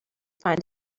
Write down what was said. find